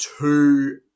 two